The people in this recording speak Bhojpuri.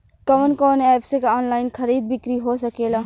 कवन कवन एप से ऑनलाइन खरीद बिक्री हो सकेला?